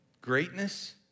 greatness